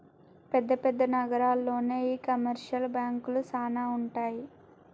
పెద్ద పెద్ద నగరాల్లోనే ఈ కమర్షియల్ బాంకులు సానా ఉంటాయి